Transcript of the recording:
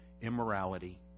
immorality